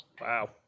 Wow